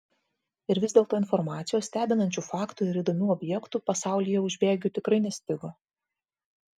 ir vis dėlto informacijos stebinančių faktų ir įdomių objektų pasaulyje už bėgių tikrai nestigo